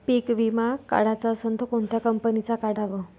पीक विमा काढाचा असन त कोनत्या कंपनीचा काढाव?